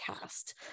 cast